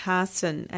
Carson